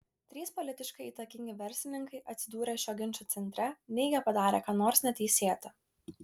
trys politiškai įtakingi verslininkai atsidūrę šio ginčo centre neigia padarę ką nors neteisėta